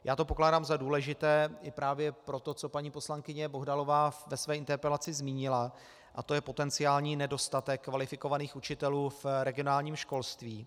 Já to pokládám za důležité i právě pro to, co paní poslankyně Bohdalová ve své interpelaci zmínila, a to je potenciální nedostatek kvalifikovaných učitelů v regionálním školství.